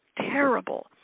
terrible